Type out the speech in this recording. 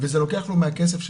וזה לוקח לו מהכסף שלו,